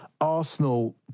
Arsenal